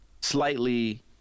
slightly